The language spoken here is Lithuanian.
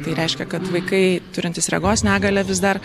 tai reiškia kad vaikai turintys regos negalią vis dar